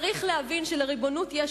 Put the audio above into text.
צריך להבין שלריבונות יש